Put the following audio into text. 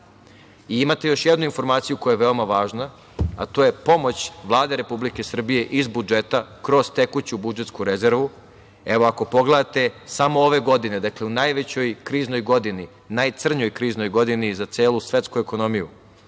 još jednu informaciju koja je veoma važna, a to je pomoć Vlade Republike Srbije iz budžeta kroz tekuću budžetsku rezervu. Evo, ako pogledate, samo ove godine, dakle u najvećoj kriznoj godini, najcrnjoj kriznoj godini za celu svetsku ekonomiju,